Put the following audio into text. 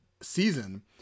season